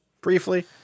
Briefly